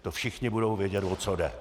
To všichni budou vědět, o co jde.